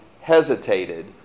hesitated